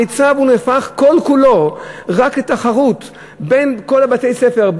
המיצ"ב נהפך כל כולו רק לתחרות בין כל בתי-הספר,